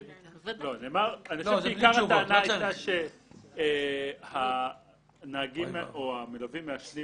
אני חושב שעיקר הטענה היתה שהנהגים או המלווים מעשנים